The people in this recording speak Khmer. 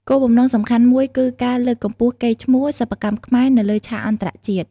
គោលបំណងសំខាន់មួយគឺការលើកកម្ពស់ កេរ្តិ៍ឈ្មោះ សិប្បកម្មខ្មែរនៅលើឆាកអន្តរជាតិ។